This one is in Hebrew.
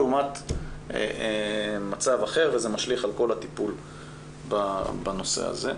לעומת מצב אחר וזה משליך על כל הטיפול בנושא הזה.